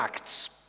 Acts